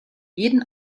jeden